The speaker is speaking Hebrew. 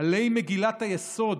עלי מגילת היסוד